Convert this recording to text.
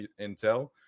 intel